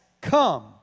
come